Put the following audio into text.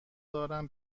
دارم